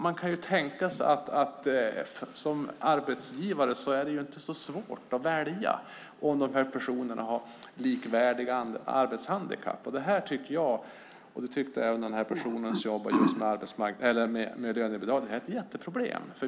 Man kan tänka sig att det som arbetsgivare inte är så svårt att välja om de här personerna har likvärdiga arbetshandikapp. Det här tycker jag, och det tyckte även den här personen som arbetar med lönebidrag, är ett jätteproblem.